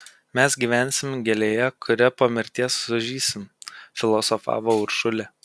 mes gyvensim gėlėje kuria po mirties sužysim filosofavo uršulė